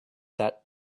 that